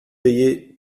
payer